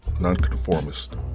nonconformist